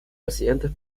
residentes